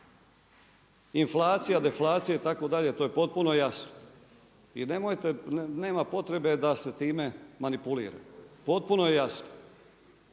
Inflacija, deflacija itd., to je potpuno jasno. I nemojte, nema potrebe da se time manipulira, potpuno je jasno.